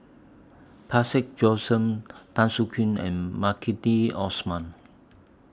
Parsick Tan Soo Khoon and Maliki Osman